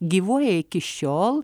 gyvuoja iki šiol